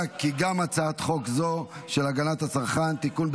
הצעת חוק הגנת הצרכן (תיקון,